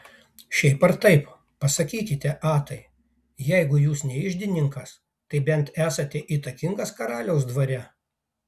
šiaip ar taip pasakykite atai jeigu jūs ne iždininkas tai bent esate įtakingas karaliaus dvare